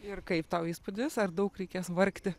ir kaip tau įspūdis ar daug reikės vargti